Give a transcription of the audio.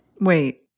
Wait